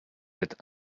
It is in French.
êtes